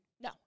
No